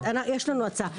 אתם המדינה.